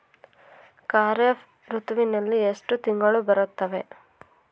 ಖಾರೇಫ್ ಋತುವಿನಲ್ಲಿ ಎಷ್ಟು ತಿಂಗಳು ಬರುತ್ತವೆ?